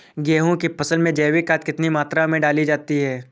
गेहूँ की फसल में जैविक खाद कितनी मात्रा में डाली जाती है?